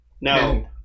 No